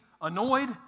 annoyed